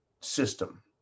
system